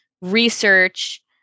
research